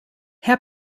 herr